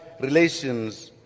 relations